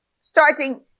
Starting